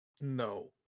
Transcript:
No